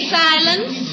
silence